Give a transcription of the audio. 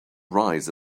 rise